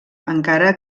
encara